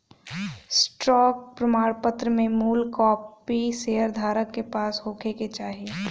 stock प्रमाणपत्र में मूल कापी शेयर धारक के पास होखे के चाही